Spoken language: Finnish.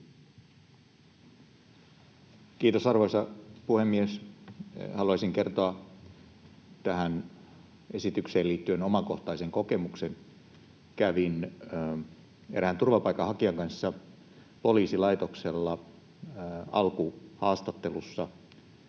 Kiitos, arvoisa puhemies! Haluaisin kertoa tähän esitykseen liittyen omakohtaisen kokemuksen. Kävin erään turvapaikanhakijan kanssa poliisilaitoksella alkuhaastattelussa,